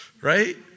right